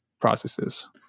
processes